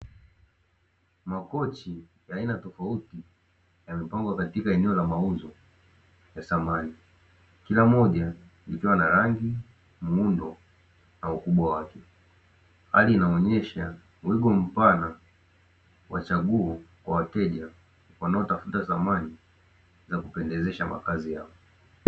Makochi ya aina tofauti yamepangwa katika maeneo ya mauzo ya samani; kila moja likiwa na rangi, muundo na ukubwa wake, hali inaonesha wigo mpana wachaguo kwa wateja wanaotafuta samani za kupendezesha makazi yao.